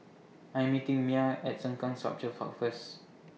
I'm meeting Myah At Sengkang Sculpture Park First